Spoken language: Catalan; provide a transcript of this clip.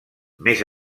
més